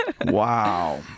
Wow